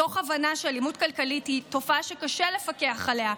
מתוך הבנה שאלימות כלכלית היא תופעה שקשה לפקח עליה.